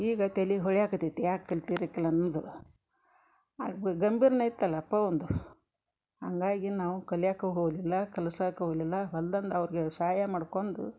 ಈಗ ತೆಲಿಗೆ ಹೊಳ್ಯಾಕತೈತಿ ಯಾಕ ಕಲ್ತಿರಕಿಲ್ಲ ಅಂದು ಆಗ್ ಬಿ ಗಂಭಿರ್ನು ಇತ್ತಲಪಾ ಒಂದು ಹಂಗಾಗಿ ನಾವು ಕಲ್ಯಾಕ ಹೋಲಿಲ್ಲ ಕಲ್ಸಾಕು ಹೋಲಿಲ್ಲ ಹೊಲ್ದಂದು ಅವ್ರ್ಗೆ ಸಹಾಯ ಮಾಡ್ಕೊಂದು